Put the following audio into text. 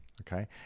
okay